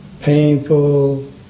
painful